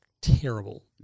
terrible